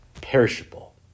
perishable